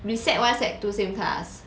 we sec one sec two same class